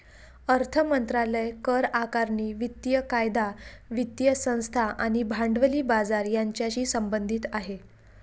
अर्थ मंत्रालय करआकारणी, वित्तीय कायदा, वित्तीय संस्था आणि भांडवली बाजार यांच्याशी संबंधित आहे